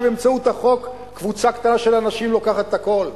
שבאמצעות החוק קבוצה קטנה של אנשים לוקחת הכול.